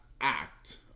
act